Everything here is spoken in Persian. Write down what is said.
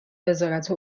وزارت